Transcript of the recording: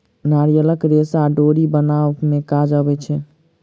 नारियलक रेशा डोरी बनाबअ में काज अबै छै